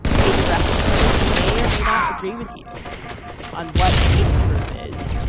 a director, who may or may not agree with you on what a hate group is,